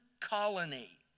colony